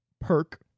Perk